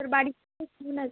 তোর বাড়ির সবাই কেমন আছে